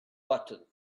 button